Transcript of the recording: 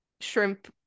shrimp